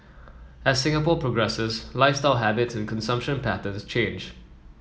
as Singapore progresses lifestyle habits and consumption patterns change